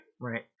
right